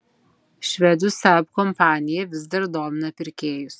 švedų saab kompanija vis dar domina pirkėjus